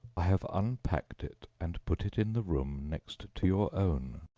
i have unpacked it and put it in the room next to your own.